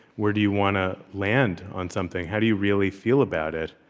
where do you want to land on something? how do you really feel about it?